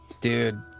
Dude